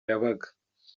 yabaga